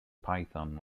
python